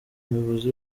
umuyobozi